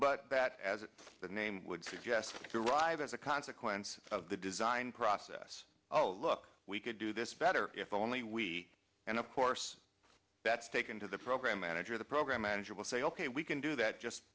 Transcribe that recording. but that as the name would suggest to arrive as a consequence of the design process oh look we could do this better if only we and of course that's taken to the program manager the program manager will say ok we can do that just